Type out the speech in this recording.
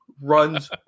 runs